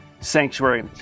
Sanctuary